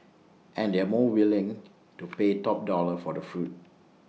and they are more willing to pay top dollar for the fruit